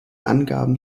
angaben